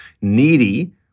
Needy